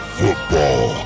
football